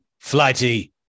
flighty